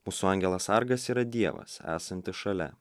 mūsų angelas sargas yra dievas esantis šalia